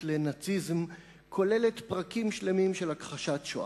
לנאציזם פרקים שלמים של הכחשת השואה.